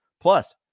Plus